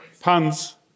puns